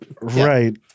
Right